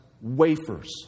wafers